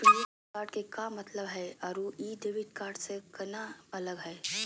Credit card के का मतलब हई अरू ई डेबिट कार्ड स केना अलग हई?